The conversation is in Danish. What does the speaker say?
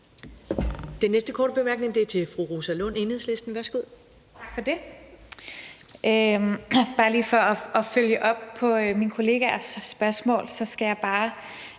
Den næste korte bemærkning er til fru Rosa Lund, Enhedslisten. Værsgo. Kl. 10:10 Rosa Lund (EL): Tak for det. For at følge op på mine kollegaers spørgsmål skal jeg bare